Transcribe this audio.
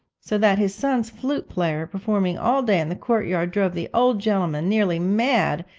so that his son's flute-player, performing all day in the court-yard, drove the old gentleman nearly mad,